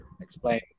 explain